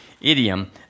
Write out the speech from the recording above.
idiom